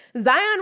Zion